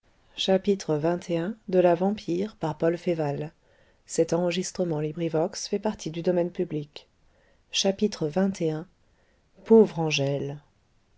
xxi pauvre angèle